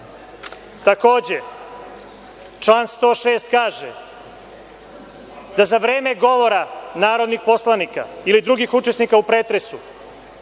član 106. kaže: „Za vreme govora narodnih poslanika ili drugih učesnika u pretresu